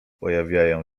pojawiają